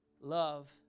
Love